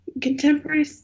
contemporary